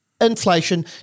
inflation